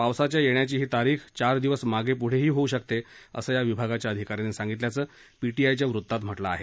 पावसाच्या येण्याची ही तारीख चार दिवस मागे पुढेही होऊ शकते असं या विभागाच्या अधिकाऱ्यांनी सांगितल्याचं पीटीआयच्या वृत्तात म्हटलं आहे